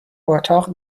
اتاق